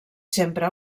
sempre